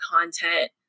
content